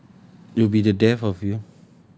nope you be the death of you